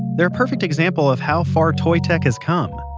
they're a perfect example of how far toy tech has come.